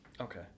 Okay